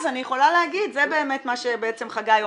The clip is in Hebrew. זה באמת מה שבעצם חגי אומר.